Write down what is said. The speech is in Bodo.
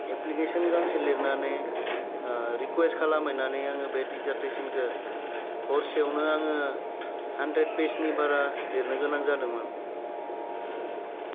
एप्लिकेसन गांसे लिरनानै रिकुयेस्ट खालामहैनानै आङो डिजार्टेसनखौ हरसेयावनो आङो हानड्रेड पेजनि बारा लिरनो गोनां जादोंमोन जाबाय दे